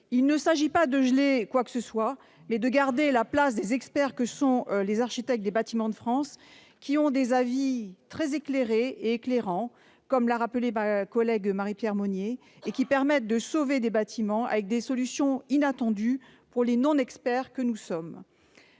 Il ne s'agit pas de geler quoi que ce soit, mais il faut garder la place des experts que sont les architectes des Bâtiments de France, dont les avis sont très éclairés et éclairants, comme l'a rappelé Marie-Pierre Monier. Les ABF permettent de sauver des bâtiments avec des solutions inattendues pour les non-experts que nous sommes.